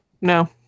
no